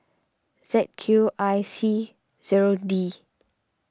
Z Q I C zero D